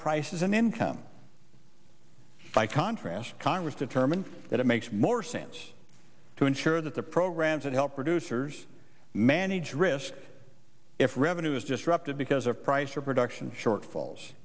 prices and income by contrast congress determined that it makes more sense to ensure that the programs that help producers manage risk if revenue is destructive because of price or production shortfalls